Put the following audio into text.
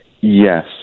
Yes